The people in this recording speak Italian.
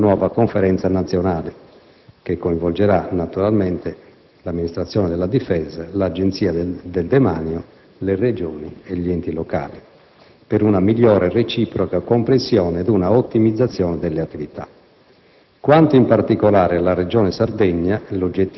In ogni caso, si intende rivedere l'intera materia in una nuova conferenza nazionale che coinvolgerà naturalmente l'Amministrazione della difesa, l'Agenzia del demanio, le Regioni e gli enti locali per una migliore e reciproca comprensione ed una ottimizzazione delle attività.